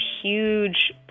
huge